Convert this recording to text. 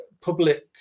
public